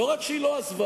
לא רק שהיא לא עזבה,